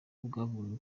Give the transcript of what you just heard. bukavuga